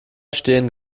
stehen